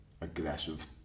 aggressive